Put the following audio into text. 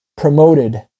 promoted